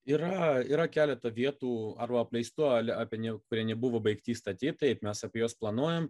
yra yra keleta vietų arba apleistų arba kurie nebuvo baigti statyt taip mes apie juos planuojam